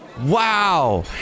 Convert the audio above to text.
Wow